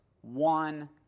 one